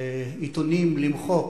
ועיתונים למחוק,